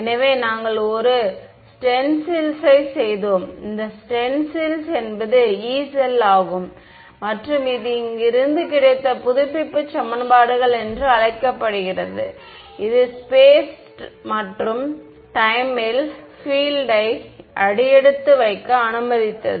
எனவே நாங்கள் ஒரு ஸ்டென்சில் யை செய்தோம் இந்த ஸ்டென்சில் என்பது யீ செல் ஆகும் மற்றும் இது இங்கு இருந்து கிடைத்த புதுப்பிப்பு சமன்பாடுகள் என்று அழைக்கப்படும் இது ஸ்பேஸ் மற்றும் டைம் ல் பீஎல்ட் யை அடியெடுத்து வைக்க அனுமதித்தது